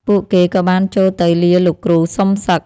ពួកគេក៏បានចូលទៅលាលោកគ្រូសុំសឹក។